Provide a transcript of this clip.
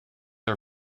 are